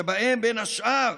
שבהם, בין השאר,